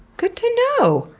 good to know!